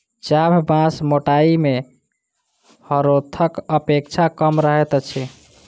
चाभ बाँस मोटाइ मे हरोथक अपेक्षा कम रहैत अछि